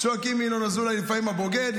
צועקים לפעמים: ינון אזולאי הבוגד.